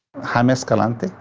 jaime escalante.